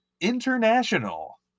International